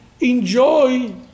enjoy